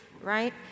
right